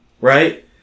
right